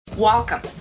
Welcome